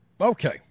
Okay